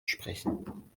sprechen